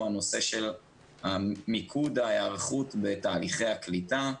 הנושא של מיקוד ההיערכות בתהליכי הקליטה,